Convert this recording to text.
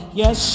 yes